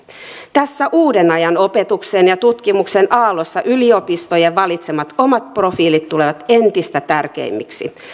tässä uuden ajan opetuksen ja tutkimuksen aallossa yliopistojen valitsemat omat profiilit tulevat entistä tärkeämmiksi